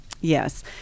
Yes